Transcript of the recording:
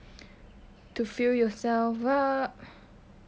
to fill yourself up